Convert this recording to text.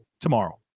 tomorrow